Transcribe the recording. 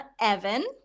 Evan